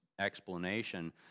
explanation